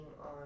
on